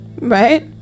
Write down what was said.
right